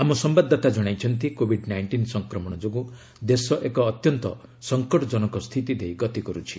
ଆମ ସମ୍ବାଦଦାତା ଜଣାଇଛନ୍ତି କୋଭିଡ୍ ନାଇଷ୍ଟିନ୍ ସଂକ୍ରମଣ ଯୋଗୁଁ ଦେଶ ଏକ ଅତ୍ୟନ୍ତ ସଂକଟଜନକ ସ୍ଥିତି ଦେଇ ଗତି କରୁଛି